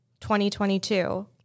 2022